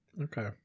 okay